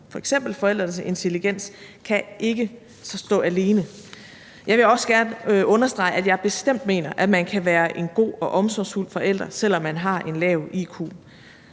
f.eks. forældrenes intelligens kan ikke stå alene. Jeg vil også gerne understrege, at jeg bestemt mener, at man kan være en god og omsorgsfuld forælder, selv om man har en lav iq.